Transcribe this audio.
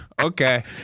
Okay